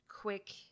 quick